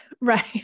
right